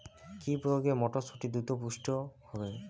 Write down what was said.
কি প্রয়োগে মটরসুটি দ্রুত পুষ্ট হবে?